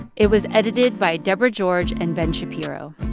it was edited by deborah george and ben shapiro.